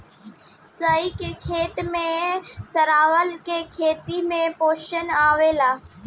सनई के खेते में सरावला से खेत में पोषण आवेला